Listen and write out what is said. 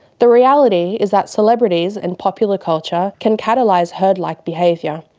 the reality is that celebrities and popular culture can catalyse herd-like behaviour,